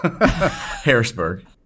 harrisburg